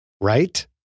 Right